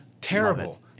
terrible